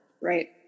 Right